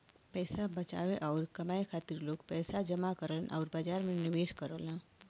पैसा बचावे आउर कमाए खातिर लोग पैसा जमा करलन आउर बाजार में निवेश करलन